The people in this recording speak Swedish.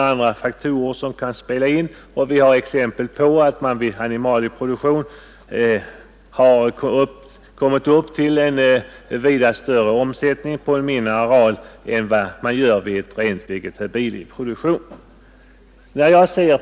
Andra faktorer kan spela in. Det finns exempel på att man vid animalieproduktion kommit upp till vida större omsättning på en mindre areal än vad man gör på en betydligt större enhet vid rent vegetabilisk produktion.